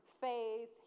faith